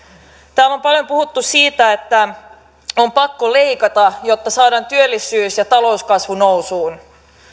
täällä on paljon puhuttu siitä että on pakko leikata jotta saadaan työllisyys ja talouskasvu nousuun